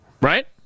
right